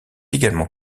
également